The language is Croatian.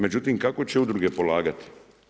Međutim kako će udruge polagati?